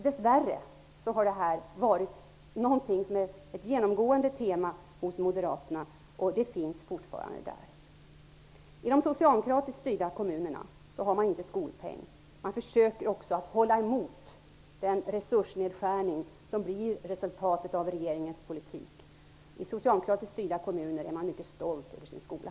Dess värre har detta varit ett genomgående tema hos Moderaterna, och det finns fortfarande där. I de socialdemokratiskt styrda kommunerna har man inte skolpeng. Man försöker också att hålla emot den resursnedskärning som blir resultatet av regeringens politik. I socialdemokratiskt styrda kommuner är man mycket stolt över sin skola.